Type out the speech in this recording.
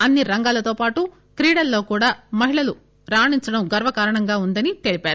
అన్సి రంగాలతో పటు క్రీడల్లో కూడా మహిళలు రాణించటం గర్వంగా ఉందని తెలిపారు